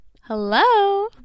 hello